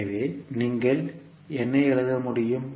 எனவே நீங்கள் என்ன எழுத முடியும்